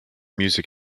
music